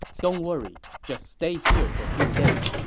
don't worry. just stay here for a few days.